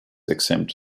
exempt